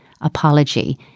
apology